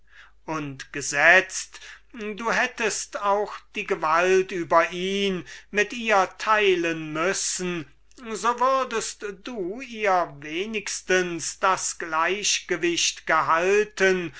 und gesetzt du hättest auch die gewalt über ihn mit ihr teilen müssen so würdest du ihr wenigstens das gleichgewicht gehalten